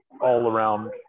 all-around